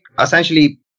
essentially